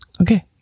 Okay